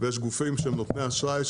ויש גופים שהם נותני אשראי,